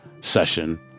session